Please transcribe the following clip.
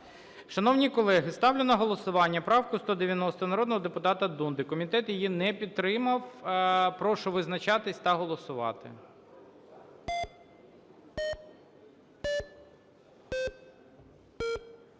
Шановні колеги, ставлю на голосування правку 190 народного депутата Дунди. Комітет її не підтримати. Прошу визначатись та голосувати.